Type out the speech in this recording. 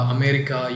America